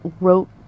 wrote